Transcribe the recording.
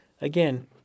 again